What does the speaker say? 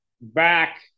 back